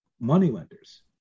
moneylenders